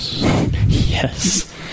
Yes